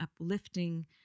uplifting